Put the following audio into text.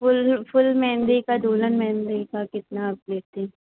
full full मेहँदी का दुल्हन मेहँदी का कितना आप लेतीं